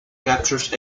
captures